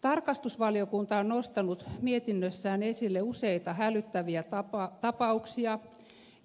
tarkastusvaliokunta on nostanut mietinnössään esille useita hälyttäviä tapauksia